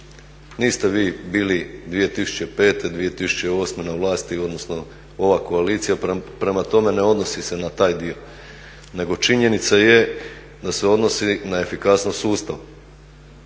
Niste vi bili 2005., 2008. na vlasti, odnosno ova koalicija, prema tome ne odnosi se na taj dio. Nego činjenica je da se odnosi na efikasnost sustava.